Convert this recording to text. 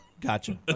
Gotcha